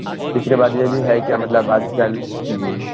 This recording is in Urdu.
جی تیسری بات یہ بھی ہے کہ مطلب آج کل جی